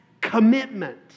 commitment